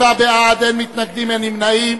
47 בעד, אין מתנגדים ואין נמנעים.